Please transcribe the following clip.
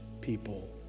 people